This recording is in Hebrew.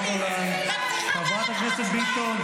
חברת הכנסת ביטון.